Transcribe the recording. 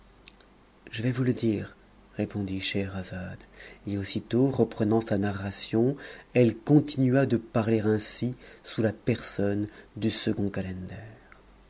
je vais vous le dire répondit scheherazade et aussitôt reprenant sa narration elle continua de parler ainsi sous la personne du second